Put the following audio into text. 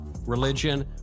religion